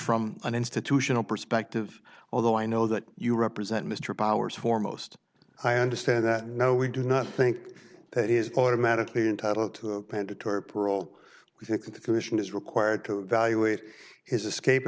from an institutional perspective although i know that you represent mr powers foremost i understand that no we do not think that is automatically entitled to a mandatory parole i think the commission is required to evaluate his escape